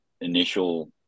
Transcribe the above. initial